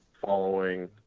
following